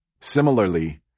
Similarly